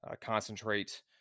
concentrate